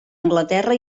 anglaterra